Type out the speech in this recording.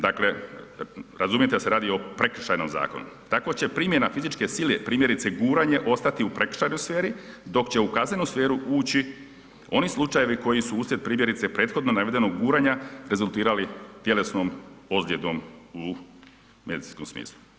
Dakle razumijete da se radi o Prekršajnom zakonu tako će primjena fizičke sile, primjerice guranje ostati u prekršajnoj sferi dok će u kaznenu sferu ući oni slučajevi koji su uslijed primjerice prethodno navedenog guranja rezultirali tjelesnom ozljedom u medicinskom smislu.